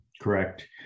Correct